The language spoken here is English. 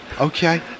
Okay